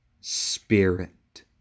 spirit